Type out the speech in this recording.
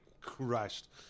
crushed